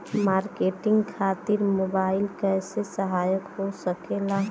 Marketing खातिर mobile कइसे सहायक हो सकेला?